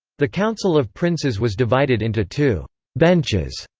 the council of princes was divided into two benches,